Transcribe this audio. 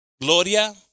gloria